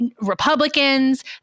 Republicans